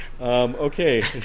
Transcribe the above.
Okay